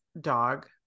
dog